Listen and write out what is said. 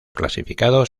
clasificados